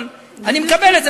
אבל אני מקבל את זה,